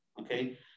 okay